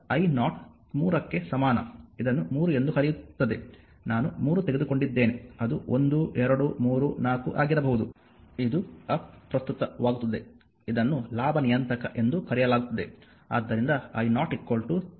ಆದ್ದರಿಂದ i0 3ಕ್ಕೆ ಸಮಾನ ಇದನ್ನು 3 ಎಂದು ಕರೆಯುತ್ತದೆ ನಾನು 3 ತೆಗೆದುಕೊಂಡಿದ್ದೇನೆ ಅದು 1 2 3 4 ಆಗಿರಬಹುದು ಇದು ಅಪ್ರಸ್ತುತವಾಗುತ್ತದೆ ಇದನ್ನು ಲಾಭ ನಿಯತಾಂಕ ಎಂದೂ ಕರೆಯಲಾಗುತ್ತದೆ